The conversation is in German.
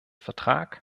vertrag